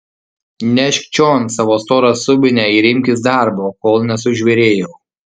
nešk čion savo storą subinę ir imkis darbo kol nesužvėrėjau